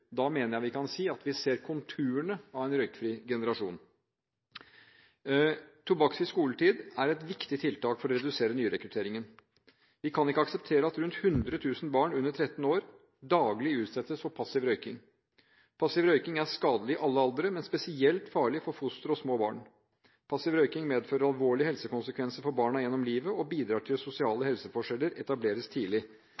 Da mener jeg vi kan si at vi ser konturene av en røykfri generasjon. Tobakksfri skoletid er et viktig tiltak for å redusere nyrekrutteringen. Vi kan ikke akseptere at rundt 100 000 barn under 13 år daglig utsettes for passiv røyking. Passiv røyking er skadelig i alle aldre, men spesielt farlig for fostre og små barn. Passiv røyking medfører alvorlige helsekonsekvenser for barna gjennom livet og bidrar til at sosiale